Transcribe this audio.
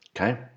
okay